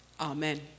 Amen